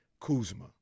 Kuzma